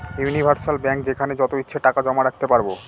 universal bank যেখানে যত ইচ্ছে টাকা জমা রাখতে পারবো